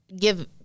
give